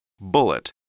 Bullet